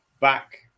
back